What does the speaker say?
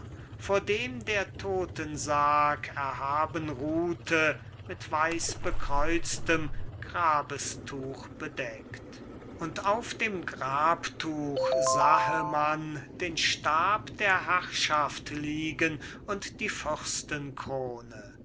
vor dem der todtensarg erhaben ruhte mit weißbekreuztem grabestuch bedeckt und auf dem grabtuch sahe man den stab der herrschaft liegen und die